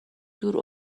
دور